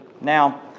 Now